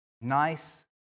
nice